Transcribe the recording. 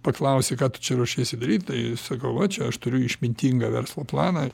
paklausi ką tu čia ruošiesi daryt tai sakau va čia aš turiu išmintingą verslo planą